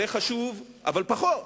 זה חשוב, אבל פחות,